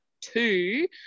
two